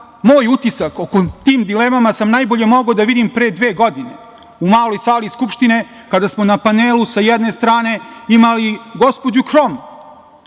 moj utisak o tim dilemama, sam najbolje mogao da vidim pre dve godine u maloj sali Skupštine kada smo na panelu sa jedne strane imali gospođu Krom,